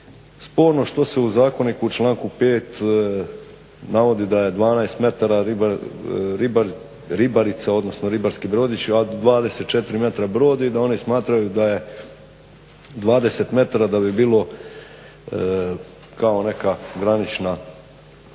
sporno što se u zakoniku u članku 5. navodi da je 12 metara ribarica odnosno ribarski brodić a 24 metra brod i da oni smatraju da je 20 metara da bi bilo kao neka granična